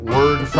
Word